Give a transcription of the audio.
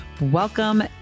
Welcome